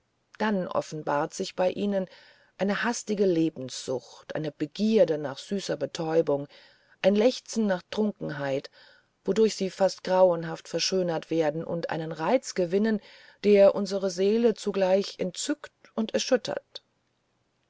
dann offenbart sich bei ihnen eine hastige lebenssucht eine begier nach süßer betäubung ein lechzen nach trunkenheit wodurch sie fast grauenhaft verschönert werden und einen reiz gewinnen der unsere seele zugleich entzückt und erschüttert